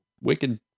wicked